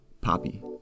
Poppy